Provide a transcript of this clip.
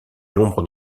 nombre